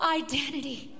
identity